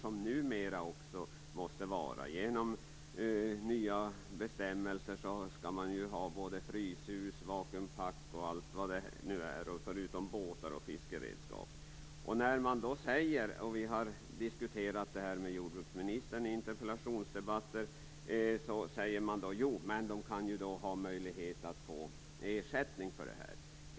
På grund av nya bestämmelser skall de ju ha fryshus, vakuumpackmaskiner m.m. förutom båtar och fiskeredskap. Vi har diskuterat detta med jordbruksministern i interpellationsdebatter, och då sägs det: De har ju möjlighet att få ersättning för det här.